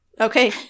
okay